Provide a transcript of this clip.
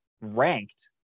ranked